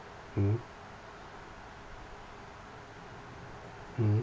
mmhmm mmhmm